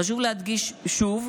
חשוב להדגיש שוב,